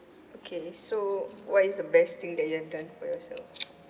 okay so what is the best thing that you have done for yourself